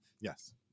Yes